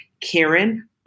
Karen